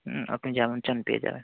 হুম আপনি যেমন চান পেয়ে যাবেন